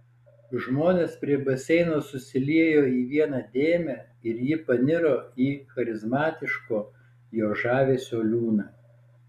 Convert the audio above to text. žmonės prie baseino susiliejo į vieną dėmę ir ji paniro į charizmatiško jo žavesio liūną